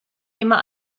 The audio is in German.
immer